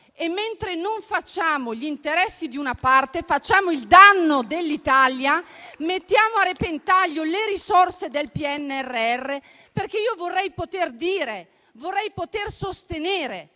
e mentre non facciamo gli interessi di una parte, facciamo il danno dell'Italia mettendo a repentaglio le risorse del PNRR. Vorrei poter sostenere